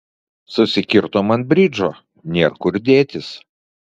susikirtom ant bridžo nėr kur dėtis